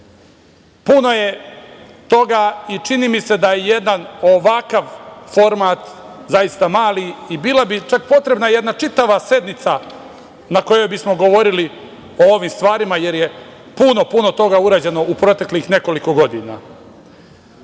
evra. Puno je toga i čini mi se da je jedan ovakav format zaista mali i bilo bi čak potrebna jedna čitava sednica na kojoj bismo govorili o ovim stvarima, jer je puno, puno toga urađeno u proteklih nekoliko godina. Bitnu